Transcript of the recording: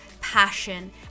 passion